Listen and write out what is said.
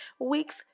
week's